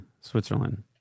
switzerland